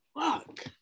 Fuck